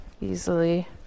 easily